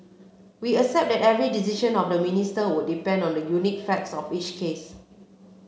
we accept that every decision of the Minister would depend on the unique facts of each case